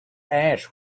ash